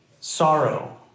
sorrow